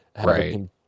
right